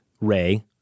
Ray